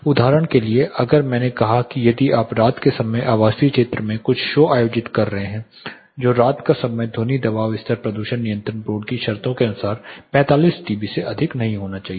उदाहरण के लिए अगर मैंने कहा कि यदि आप रात के समय में आवासीय क्षेत्र में कुछ शो आयोजित कर रहे हैं तो रात का समय ध्वनि दबाव स्तर प्रदूषण नियंत्रण बोर्ड की शर्तों के अनुसार 45 डीबी से अधिक नहीं होना चाहिए